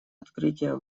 открытия